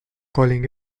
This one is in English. calling